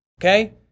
okay